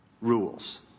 rules